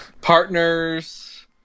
Partners